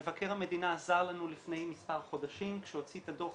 מבקר המדינה עזר לנו לפני מספר חודשים כשהוא הוציא את הדו"ח